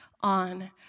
on